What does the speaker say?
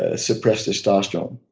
ah suppress testosterone.